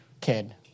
kid